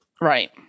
right